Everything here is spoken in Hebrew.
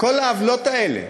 כל העוולות האלה,